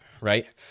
right